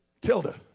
Tilda